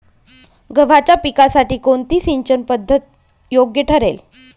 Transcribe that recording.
गव्हाच्या पिकासाठी कोणती सिंचन पद्धत योग्य ठरेल?